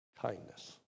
kindness